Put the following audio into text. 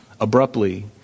abruptly